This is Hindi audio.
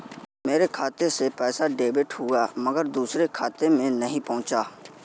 मेरे खाते से पैसा डेबिट हुआ मगर दूसरे खाते में नहीं पंहुचा